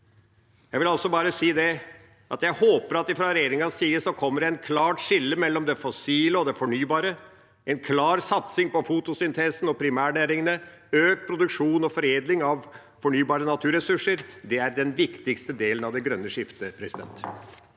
Jeg håper at det fra regjeringas side vil komme et klart skille mellom det fossile og det fornybare, en klar satsing på fotosyntesen og på primærnæringene og økt produksjon og foredling av fornybare naturressurser. Det er den viktigste delen av det grønne skiftet. Mímir